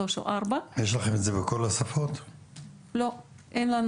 3 או 4. יש לכם את זה בכל השפות?